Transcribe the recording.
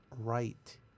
right